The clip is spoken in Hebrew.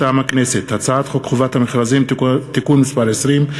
מטעם הכנסת: הצעת חוק חובת המכרזים (תיקון מס' 20,